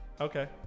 Okay